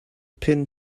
pin